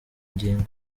ngingo